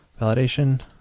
validation